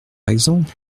exemple